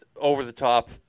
over-the-top